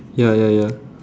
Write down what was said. ya ya ya